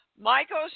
Michael